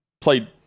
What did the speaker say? Played